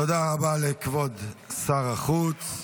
תודה רבה לכבוד שר החוץ.